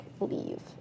leave